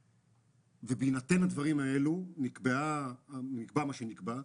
בהינתן הדברים האלו, נקבע מה שנקבע.